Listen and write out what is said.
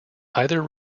either